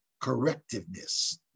correctiveness